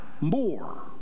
more